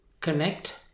connect